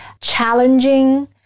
challenging